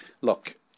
look